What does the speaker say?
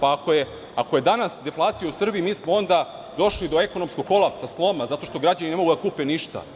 Ako je danas deflacija u Srbiji, mi smo onda došli do ekonomskog kolapsa, sloma, zato što građani ne mogu da kupe ništa.